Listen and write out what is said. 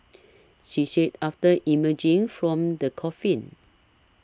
she said after emerging from the coffin